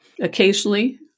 Occasionally